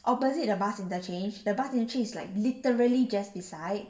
opposite the bus interchange the bus interchange is like literally just beside